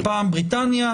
פעם בריטניה,